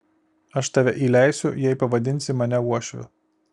aš tave įleisiu jei pavadinsi mane uošviu